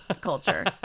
culture